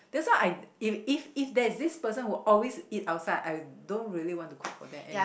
that's why I if if if there is this person who always eat outside I don't really want to cook for them